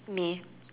me